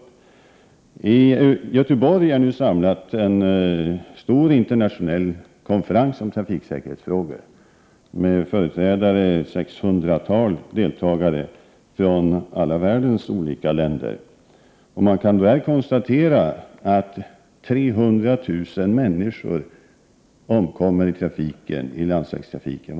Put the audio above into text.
I Göteborg har det samlats en stor internationell konferens om trafiksäkerhetsfrågor med ett sextiotal deltagare från världens olika länder. Man har där kunnat konstatera att 300 000 människor i världen varje år omkommer i landsvägstrafiken.